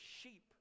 Sheep